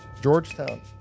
Georgetown